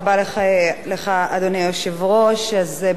אז באמת אני באה להציע פה הצעת חוק סמכויות